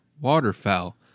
waterfowl